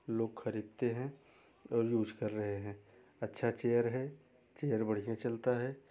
लोग खरीदते हैं और यूज कर रहे हैं अच्छा चेयर है चेयर बढियाँ चलता है